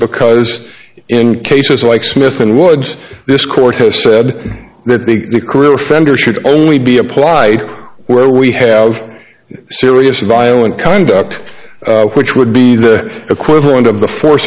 because in cases like smith and woods this court has said that the career offender should only be applied where we have serious violent conduct which would be the equivalent of the fo